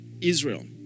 Israel